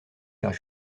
faire